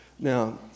Now